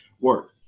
work